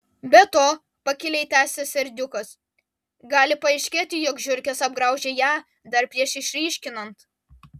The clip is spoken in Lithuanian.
be to pakiliai tęsė serdiukas gali paaiškėti jog žiurkės apgraužė ją dar prieš išryškinant